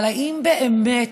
אבל האם באמת